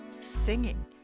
Singing